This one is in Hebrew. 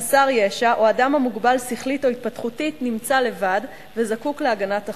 חסר ישע או אדם המוגבל שכלית או התפתחותית נמצא לבד וזקוק להגנת החוק.